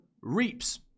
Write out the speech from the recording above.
reaps